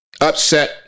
upset